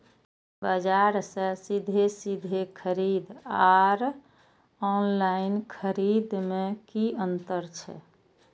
बजार से सीधे सीधे खरीद आर ऑनलाइन खरीद में की अंतर छै?